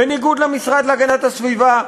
בניגוד למשרד להגנת הסביבה.